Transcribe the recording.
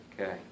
Okay